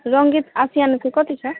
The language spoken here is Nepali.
रङ्गित आसियान चाहिँ कति छ